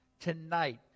Tonight